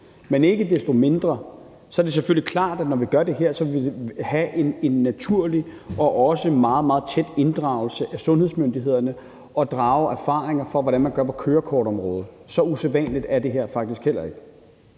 Men ikke desto mindre er det selvfølgelig klart, at når vi gør det her, vil vi have en naturlig og også meget, meget tæt inddragelse af sundhedsmyndighederne og inddrage erfaringer fra, hvordan man gør det på kørekortområdet. Så usædvanligt er det her faktisk heller ikke.